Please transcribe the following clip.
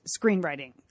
screenwriting